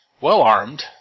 well-armed